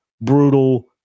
brutal